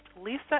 Lisa